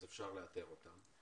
אז אפשר לאתר אותם.